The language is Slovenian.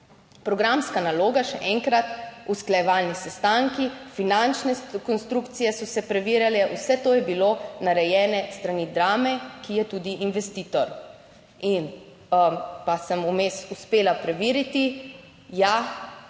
Programska naloga, še enkrat, usklajevalni sestanki, finančne konstrukcije so se preverjale, vse to je bilo narejeno s strani Drame, ki je tudi investitor. In pa sem vmes uspela preveriti, ja,